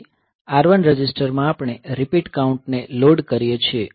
પછી R1 register માં આપણે રીપીટ કાઉન્ટ ને લોડ કરીએ છીએ